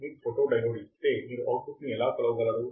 మీకు ఫోటోడయోడ్ ఇస్తే మీరు అవుట్పుట్ను ఎలా కొలవగలరు